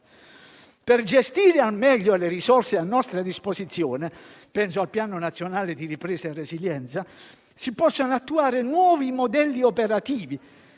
Per gestire al meglio le risorse a nostra disposizione (penso al Piano nazionale di ripresa e resilienza) si possono attuare nuovi modelli operativi